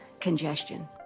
congestion